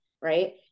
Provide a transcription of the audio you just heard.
right